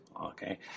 Okay